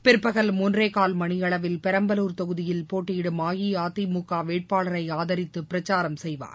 பிற்பகல் மூன்றேகால் மனியளவில் பெரம்பலூர் தொகுதியில் போட்டியிடும் அஇஅதிமுக வேட்பாளரை ஆதரித்து பிரச்சாரம் செய்வார்